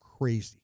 crazy